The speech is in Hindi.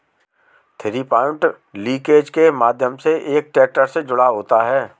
थ्रीपॉइंट लिंकेज के माध्यम से एक ट्रैक्टर से जुड़ा होता है